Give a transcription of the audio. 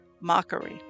mockery